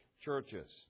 churches